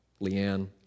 Leanne